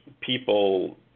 people